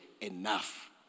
enough